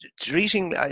treating